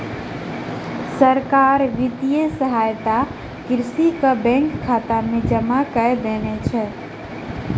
सरकार वित्तीय सहायता कृषक के बैंक खाता में जमा कय देने छै